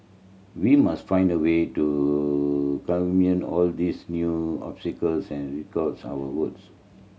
we must find a way to all these new obstacles and records our votes